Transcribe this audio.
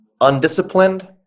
Undisciplined